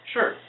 Sure